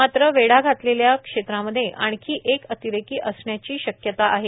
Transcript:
मात्र वेढा घातलेल्या क्षेत्रामध्ये आणखी एक अतिरेकी असण्याची शक्यता आहे